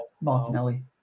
Martinelli